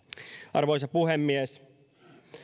arvoisa puhemies